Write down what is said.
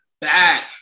back